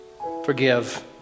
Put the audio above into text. forgive